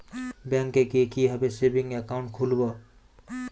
ব্যাঙ্কে গিয়ে কিভাবে সেভিংস একাউন্ট খুলব?